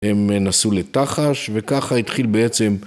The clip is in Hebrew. הם נסו לטחש וככה התחיל בעצם